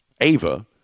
Ava